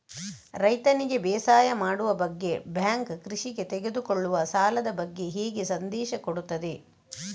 ರೈತನಿಗೆ ಬೇಸಾಯ ಮಾಡುವ ಬಗ್ಗೆ ಬ್ಯಾಂಕ್ ಕೃಷಿಗೆ ತೆಗೆದುಕೊಳ್ಳುವ ಸಾಲದ ಬಗ್ಗೆ ಹೇಗೆ ಸಂದೇಶ ಕೊಡುತ್ತದೆ?